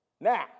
Now